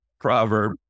proverb